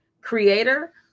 creator